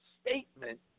statement